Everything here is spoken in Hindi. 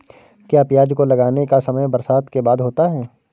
क्या प्याज को लगाने का समय बरसात के बाद होता है?